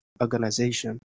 organization